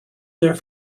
there